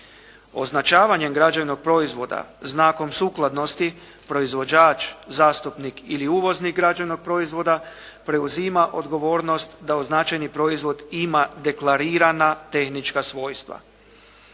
Označavanjem građevnog proizvoda znakom sukladnosti proizvođač, zastupnik ili uvoznik građevnog proizvoda preuzima odgovornost da uz značajni proizvod ima deklarirana tehnička svojstva.